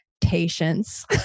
patience